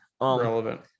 Relevant